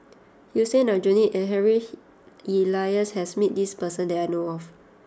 Hussein Aljunied and Harry Elias has met this person that I know of